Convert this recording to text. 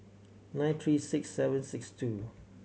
nine three six seven six two